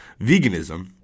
veganism